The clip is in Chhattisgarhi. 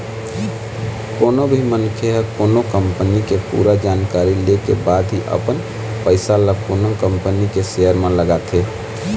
कोनो भी मनखे ह कोनो कंपनी के पूरा जानकारी ले के बाद ही अपन पइसा ल कोनो कंपनी के सेयर म लगाथे